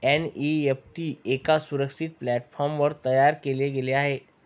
NEFT एका सुरक्षित प्लॅटफॉर्मवर तयार केले गेले आहे